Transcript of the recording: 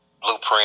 Blueprint